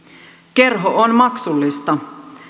kerho on maksullista